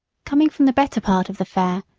coming from the better part of the fair,